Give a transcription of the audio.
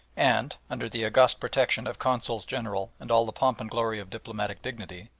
and, under the august protection of consuls-general and all the pomp and glory of diplomatic dignity,